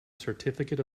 certificate